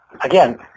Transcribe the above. again